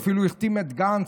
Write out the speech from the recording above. הוא אפילו החתים את גנץ.